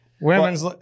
Women's